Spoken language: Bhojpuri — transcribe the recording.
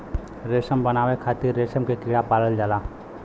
रेशम बनावे खातिर रेशम के कीड़ा के पालल जाला